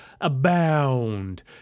abound